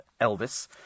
Elvis